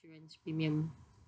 insurance premium